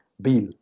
bill